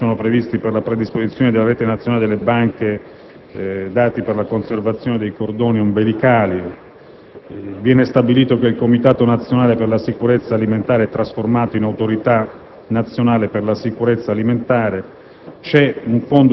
poi stabiliti termini per la predisposizione della rete nazionale delle banche dati per la conservazione dei cordoni ombelicali. Viene stabilito che il Comitato nazionale per la sicurezza alimentare è trasformato in Autorità nazionale per la sicurezza alimentare